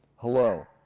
hello,